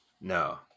No